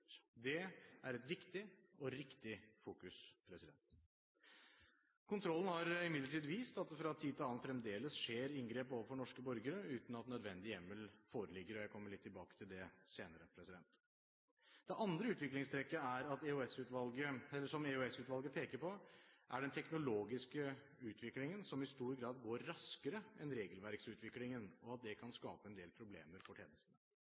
Det er et viktig og riktig fokus. Kontrollen har imidlertid vist at det fra tid til annen fremdeles skjer inngrep overfor norske borgere uten at nødvendig hjemmel foreligger. Jeg kommer litt tilbake til det senere. Det andre utviklingstrekket som EOS-utvalget peker på, er den teknologiske utviklingen, som i stor grad går raskere enn regelverksutviklingen, og at det kan skape en del problemer for